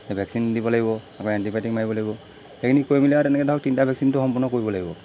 এই ভেকচিন দিব লাগিব তাৰপৰা এণ্টিবায়'টিক মাৰিব লাগিব সেইখিনি কৰি মেলি আৰু তেনেকৈ ধৰক তিনিটা ভেকচিনটো সম্পূৰ্ণ কৰিবই লাগিব